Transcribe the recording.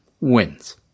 wins